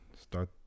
start